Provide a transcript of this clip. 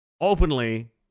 openly